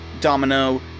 domino